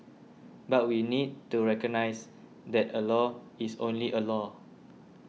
but we need to recognise that a law is only a law